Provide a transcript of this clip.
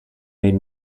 made